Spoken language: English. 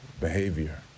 behavior